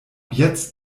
jetzt